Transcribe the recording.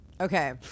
okay